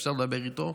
שאפשר לדבר איתו.